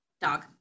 Dog